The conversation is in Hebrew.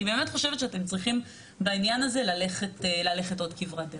אני באמת חושבת שאתם צריכים בעניין הזה ללכת עוד כברת דרך.